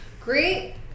great